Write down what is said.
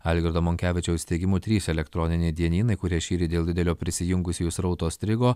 algirdo monkevičiaus teigimu trys elektroniniai dienynai kurie šįryt dėl didelio prisijungusiųjų srauto strigo